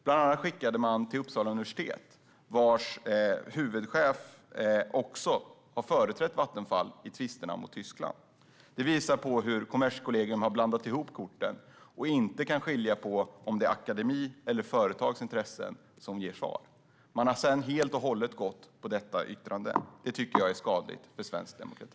Bland annat skickade man till Uppsala universitet, vars huvudchef har företrätt Vattenfall i tvisterna med Tyskland. Detta visar på hur Kommerskollegium har blandat ihop korten och inte kan skilja på om det är en akademi eller ett företags intressen som ger svar. Man har sedan helt och hållet gått på detta yttrande, vilket jag tycker är skadligt för svensk demokrati.